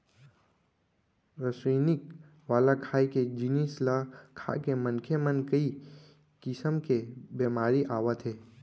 रसइनिक वाला खाए के जिनिस ल खाके मनखे म कइ किसम के बेमारी आवत हे